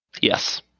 Yes